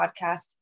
podcast